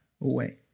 away